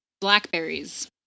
Blackberries